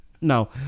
No